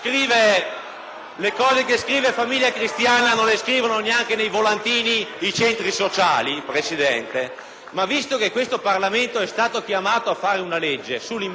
ma visto che il Parlamento è stato chiamato a votare una legge sull'immigrazione, un tema difficile che ci ha visto confrontare in Commissione per diversi mesi, credo che nessuno